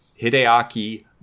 Hideaki